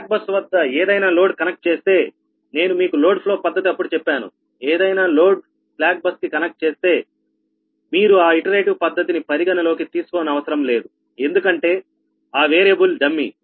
slack bus వద్ద ఏదైనా load connect చేస్తే నేను మీకు లోడ్ ఫ్లో పద్ధతి అప్పుడు చెప్పాను ఏదైనా లోడ్ స్లాక్ బస్ కి కనెక్ట్ చేస్తే మీరు ఆ పునరావృతి పద్ధతిని పరిగణలోకి తీసుకోనవసరం లేదు ఎందుకంటే ఆ వేరియబుల్ డమ్మీ